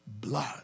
blood